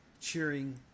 cheering